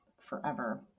forever